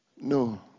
No